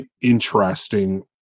interesting